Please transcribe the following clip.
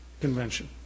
Convention